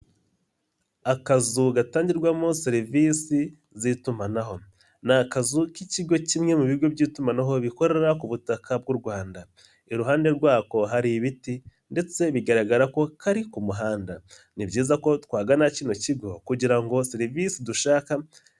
Akazu gatangirwamo serivisi z'itumanaho, ni akazu k'ikigo kimwe mugo by'itumanaho bikorera ku butaka bw'u Rwanda, iruhande rwako hari ibiti ndetse bigaragara ko kari ku muhanda, ni byiza ko twagana kino kigo kugira ngo serivisi dushaka.